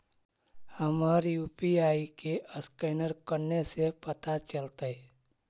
हमर यु.पी.आई के असकैनर कने से पता चलतै?